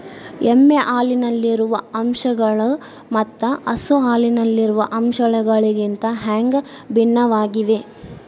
ಎಮ್ಮೆ ಹಾಲಿನಲ್ಲಿರುವ ಅಂಶಗಳು ಮತ್ತ ಹಸು ಹಾಲಿನಲ್ಲಿರುವ ಅಂಶಗಳಿಗಿಂತ ಹ್ಯಾಂಗ ಭಿನ್ನವಾಗಿವೆ?